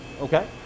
Okay